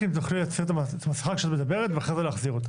רק אם תוכלי להוציא את המסכה כשאת מדברת ואחרי זה להחזיר אותה.